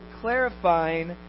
clarifying